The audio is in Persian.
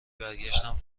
برگشتم